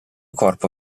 corpo